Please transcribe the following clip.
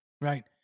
right